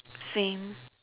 same